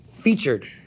featured